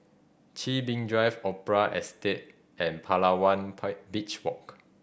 Chin Bee Drive Opera Estate and Palawan pie Beach Walk